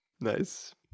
nice